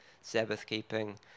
Sabbath-keeping